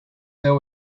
there